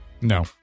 no